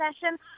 session